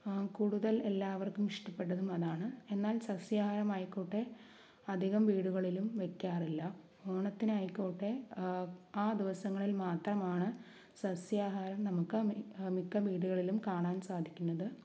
കൂടുതൽ എല്ലാവർക്കും ഇഷ്ടപ്പെട്ടതും അതാണ് എന്നാൽ സസ്യാഹാരമായിക്കോട്ടെ അധികം വീടുകളിലും വയ്ക്കാറില്ല ഓണത്തിനായിക്കോട്ടെ ആ ദിവസങ്ങളിൽ മാത്രമാണ് സസ്യാഹാരം നമുക്ക് മിക്ക വീടുകളിലും കാണാൻ സാധിക്കുന്നത്